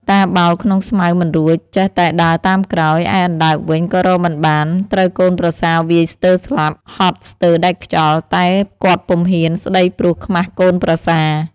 តាបោលក្នុងស្មៅមិនរួច ចេះតែដើរតាមក្រោយ ឯអណ្ដើកវិញក៏រកមិនបាន ត្រូវកូនប្រសាវាយស្ទើរស្លាប់ ហត់ស្ទើរដាច់ខ្យល់ តែគាត់ពុំហ៊ានស្ដីព្រោះខ្មាសកូនប្រសា។